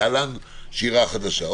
להלן שיר"ה חדשה.